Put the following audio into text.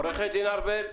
סעיף (א)